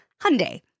Hyundai